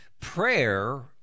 prayer